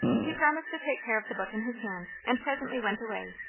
he promised to take care of the book in his hand, and presently went away,